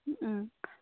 ꯎꯝ